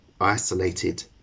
isolated